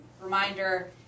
reminder